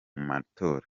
matora